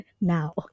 now